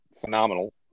phenomenal